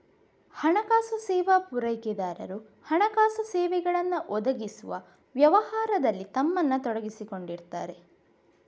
ಹಣಕಾಸು ಸೇವಾ ಪೂರೈಕೆದಾರರು ಹಣಕಾಸು ಸೇವೆಗಳನ್ನ ಒದಗಿಸುವ ವ್ಯವಹಾರದಲ್ಲಿ ತಮ್ಮನ್ನ ತೊಡಗಿಸಿಕೊಂಡಿರ್ತಾರೆ